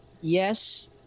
yes